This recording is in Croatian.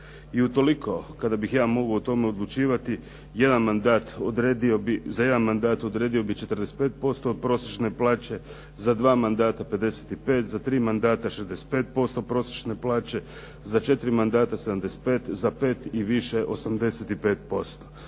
i utoliko kada bih ja mogao o tome odlučivati za jedan mandat odredio bih 45% od prosječne plaće, za dva mandata 55%, za tri mandata 65% prosječne plaće, za četiri mandata 75, za pet i više 85%.